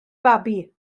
babi